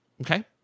Okay